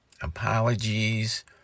apologies